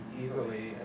easily